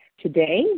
Today